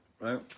right